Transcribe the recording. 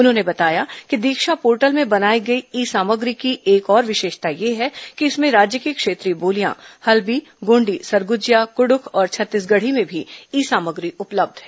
उन्होंने बताया कि दीक्षा पोर्टल में बनाई गई ई सामग्री की एक और विशेषता यह है कि इसमें राज्य की क्षेत्रीय बोलियां हल्बी गोंड़ी सरगुजिया कुडुख और छत्तीसगढ़ी में भी ई सामग्री उपलब्ध है